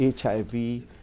HIV